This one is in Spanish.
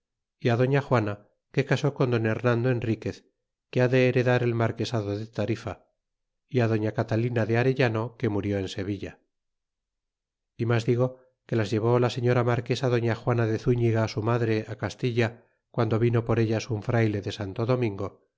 y doña juana que casó con don llenando enriquez que ha de heredar el marquesado de tarifa y doña catalina de arellaner que murió en sevilla y mas digo que las llevó la señora marquesa doña juana de zúñiga su madre castilla guando vino por ellas un frayle de santo domingo